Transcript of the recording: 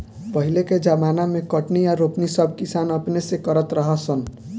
पहिले के ज़माना मे कटनी आ रोपनी सब किसान अपने से करत रहा सन